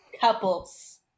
Couples